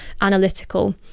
analytical